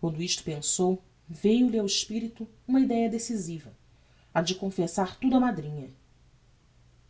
quando isto pensou veiu-lhe ao espirito uma ideia decisiva a de confessar tudo á madrinha